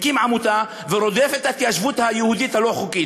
מקים עמותה ורודף את ההתיישבות היהודית הלא-חוקית?